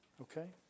okay